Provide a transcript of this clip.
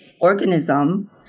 organism